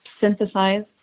synthesize